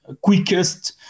quickest